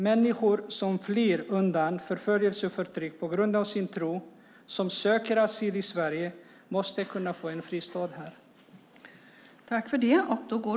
Människor som flyr undan förföljelse och förtryck på grund av sin tro och som söker asyl i Sverige måste kunna få en fristad här.